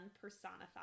personified